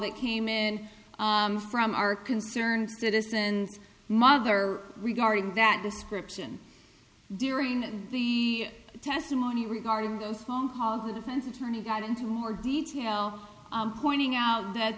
that came in from our concerned citizens mother regarding that the scription during the testimony regarding those phone calls the defense attorney got into more detail pointing out that